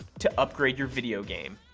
to upgrade your video game.